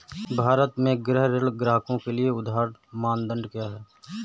भारत में गृह ऋण ग्राहकों के लिए उधार मानदंड क्या है?